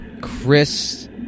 Chris